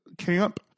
camp